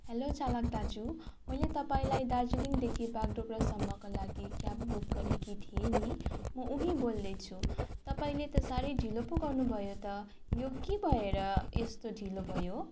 hello चालक दाजु मैले तपाईँलाई दार्जिलिङदेखि बागडोग्रासम्मको लागि क्याब बुक गरेकी थिएँ नि म उही बोल्दैछु तपाईँले त साह्रे ढिलो पो गर्नुभयो त यो के भएर यस्तो ढिलो भयो